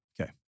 Okay